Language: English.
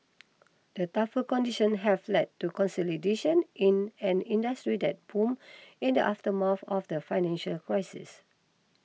the tougher conditions have led to consolidation in an industry that boomed in the aftermath of the financial crisis